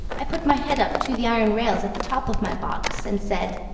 i put my head up to the iron rails at the top of my box, and said,